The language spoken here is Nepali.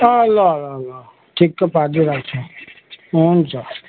अँ ल ल ल ठिक्क पार्दिराक्छु हुन्छ